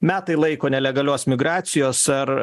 metai laiko nelegalios migracijos ar